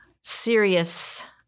serious